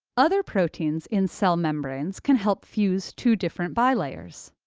other proteins in cell membranes can help fuse two different bilayers.